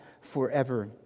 forever